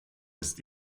ist